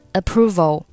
approval